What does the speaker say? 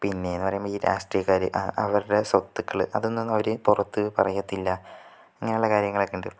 പിന്നേന്ന് പറയുമ്പോൾ ഈ രാഷ്ട്രീയക്കാര് ആ അവരുടെ സ്വത്തുക്കള് അതെന്നൊന്നും അവര് പുറത്ത് പറയത്തില്ല അങ്ങനെയുള്ള കാര്യങ്ങളക്കെ ഉണ്ട്